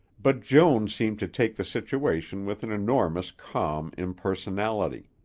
but joan seemed to take the situation with an enormous calm impersonality.